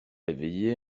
éveillé